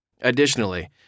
Additionally